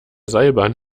seilbahn